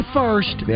first